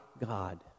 God